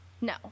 No